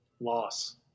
Loss